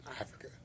Africa